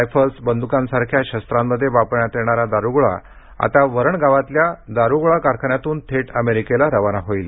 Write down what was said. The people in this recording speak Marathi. रायफल्स बंदुकांसारख्या शस्त्रांमध्ये वापरण्यात येणारा दारूगोळा आता वरणगावातल्या दारूगोळा कारखान्यातून थेट अमेरिकेला रवाना होईल